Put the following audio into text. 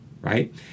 Right